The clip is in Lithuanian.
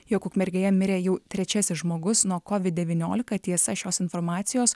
jog ukmergėje mirė jau trečiasis žmogus nuo kovid devyniolika tiesa šios informacijos